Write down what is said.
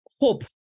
Hope